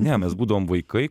ne mes būdavom vaikai